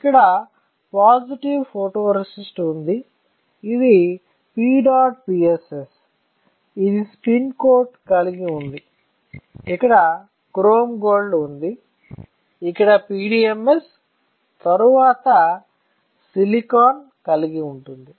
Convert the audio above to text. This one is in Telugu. ఇక్కడ పాజిటివ్ ఫోటోరేసిస్ట్ ఉంది ఇది PEDOTPSS ఇది స్పిన్ కోట్ కలిగి ఉంది ఇక్కడ క్రోమ్ గోల్డ్ ఉంది ఇక్కడ PDMS తరువాత సిలికాన్ కలిగి ఉంది